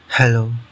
Hello